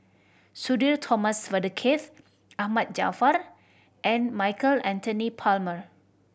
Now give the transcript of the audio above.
Sudhir Thomas Vadaketh Ahmad Jaafar and Michael Anthony Palmer